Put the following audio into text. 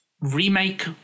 Remake